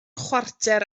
chwarter